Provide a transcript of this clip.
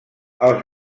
els